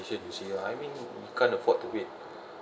you see I mean we can't afford to wait